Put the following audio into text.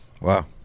wow